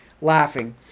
laughing